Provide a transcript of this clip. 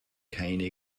keine